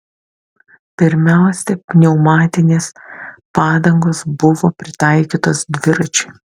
pirmiausia pneumatinės padangos buvo pritaikytos dviračiui